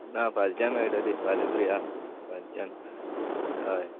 ना फालच्यान मेळटली फाल्यां फ्री आसा फालच्यान हय